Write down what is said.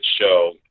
show